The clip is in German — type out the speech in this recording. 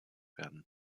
werden